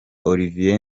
olivier